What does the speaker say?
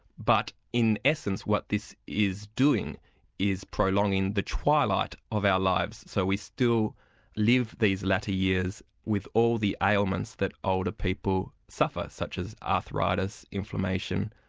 but in essence what this is doing is prolonging the twilight of our lives. so we still live these latter years with all the ailments that older people suffer, such as arthritis, inflammation,